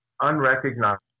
unrecognized